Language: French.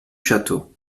château